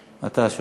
אתה השואל הבא.